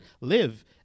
live